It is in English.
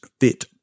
fit